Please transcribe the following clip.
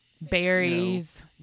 Berries